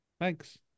Thanks